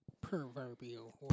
Proverbial